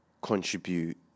contribute